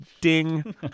Ding